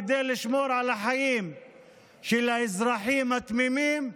כדי לשמור על החיים של האזרחים התמימים,